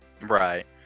Right